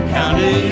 County